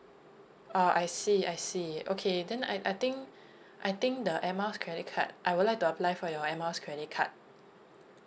oh I see I see okay then I I think I think the air miles credit card I would like to apply for your air miles credit card